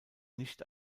nicht